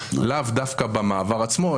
לאו דווקא במעבר עצמו,